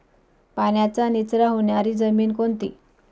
पाण्याचा निचरा होणारी जमीन कोणती?